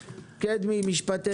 קדמי, משפטי סיום.